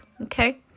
Okay